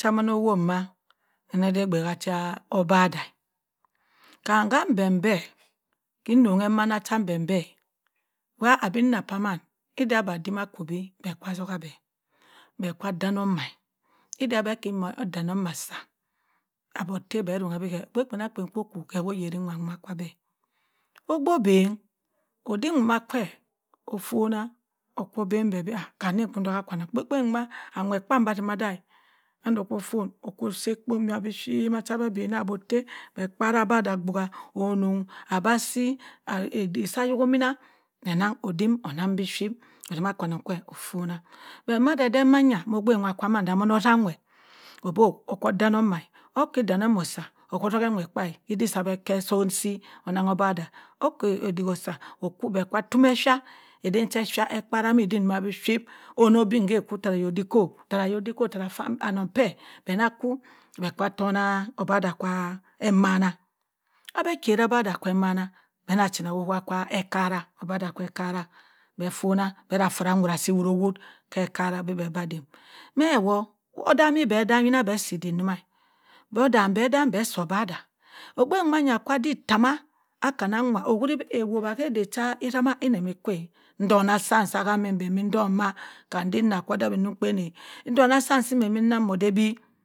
Cha-man owo annan da obye cha obada kam nkm empenper kinong emanne cha empenper wa adin anna paman id abim a ku bi be kwa atzuka bẹ be kwa adanni omma, ida be ki odanni omma asa odo otte be aronng bẹ obgh kpanankpa kwu oku kẹ wo orari nwa nwa kwa bẹ obgh oben odin wa kwa ofona oko oben be bi a nko dokah kwannong kwam m'obgh awett akpa bẹ asima ada mando ko fon oko osi akpo naw biphyit cha be abeni aba atte be abgubha abah si odik sa ayok ominna odim onnang biphyit osima kwannong kwa ofonah but onnadaden mayi obgh kwa ma ma da mo ozah nwett obo oko odanni omaa odik odanni oma osa azhk awett kpa ki odik sa be ket bi osi onnan obadah oki odik osa o ko bẹ aka tonni ephy aden eha ephy ekara kii biphyit onno obin me oku ttara oyok dikpo ttara annon per be naa aku bẹ aka tonna obadah kwa emanna aba aku obadah kwa emanna be anna china ko owowbh ba ekara obadah kwa ekara be afonah afori ekpo asi owott-owott ekara bi bẹ aba abin me wo odami be odami achabe asi odik owoma odam-be-odam be asi obadah obgh nwa, nna kwa abi ttama ka annan nwa owuri ehowbh kada ma enamaa akwa edonna sam madin be bi ma kam nda inna kwo odam onnukpan edunna sam odabi